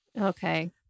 Okay